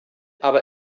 aber